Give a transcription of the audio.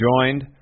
joined